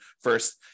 first